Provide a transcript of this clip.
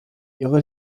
ihre